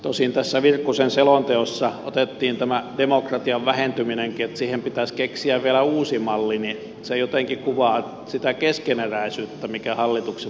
tosin tässä virkkusen selonteossa otettiin tämä demokratian vähentyminenkin että siihen pitäisi keksiä vielä uusi malli ja se jotenkin kuvaa sitä keskeneräisyyttä mikä hallituksen mallilla on